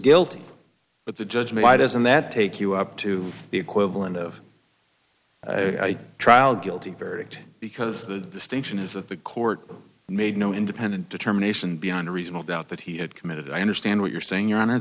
guilty but the judge me why doesn't that take you up to the equivalent of trial guilty verdict because the station is that the court made no independent determination beyond a reasonable doubt that he had committed i understand what you're saying your honor